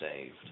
saved